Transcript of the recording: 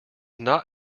not